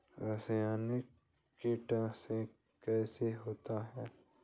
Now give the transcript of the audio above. रासायनिक कीटनाशक कैसे होते हैं?